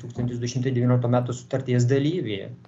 tūkstantis du šimtai devynioliktų metų sutarties dalyviai